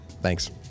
Thanks